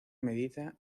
medida